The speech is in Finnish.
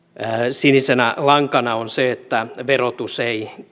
sinisenä lankana on se että verotus ei